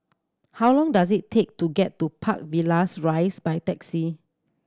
how long does it take to get to Park Villas Rise by taxi